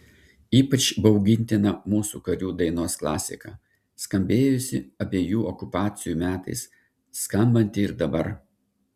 ypač baugintina mūsų karių dainos klasika skambėjusi abiejų okupacijų metais skambanti ir dabar